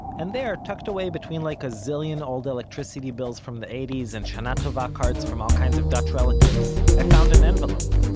and there, tucked away between like a zillion old electricity bills from the eighty s and shana tova cards from all kinds of dutch relatives, i found an envelope.